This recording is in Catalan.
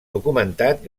documentat